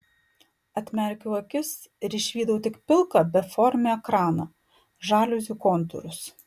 atmerkiau akis ir išvydau tik pilką beformį ekraną žaliuzių kontūrus